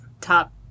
top